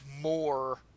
more